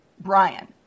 Brian